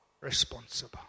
responsible